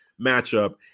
matchup